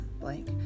blank